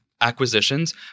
acquisitions